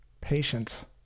patience